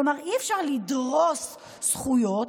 כלומר, אי-אפשר לדרוס זכויות.